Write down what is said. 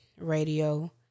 radio